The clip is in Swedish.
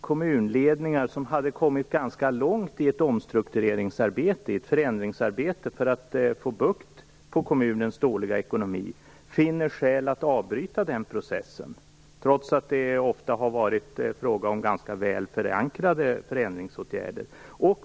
Kommunledningar som hade kommit ganska långt i ett omstruktureringsarbete, ett förändringsarbete, för att få bukt med kommunens dåliga ekonomi finner nu skäl att avbryta den processen, trots att det ofta har varit fråga om ganska väl förankrade förändringsåtgärder.